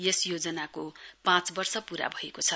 यस योजनाको पाँच वर्ष पूरा भएको छ